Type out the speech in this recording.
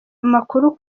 amakuru